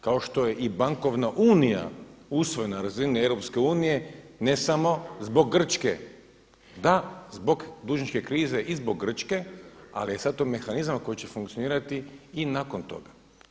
Kao što je i bankovna unija usvojena na razini EU, ne samo zbog Grčke, da zbog dužničke krize i zbog Grčke ali je sada to mehanizam koji će funkcionirati i nakon toga.